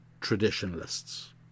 traditionalists